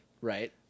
Right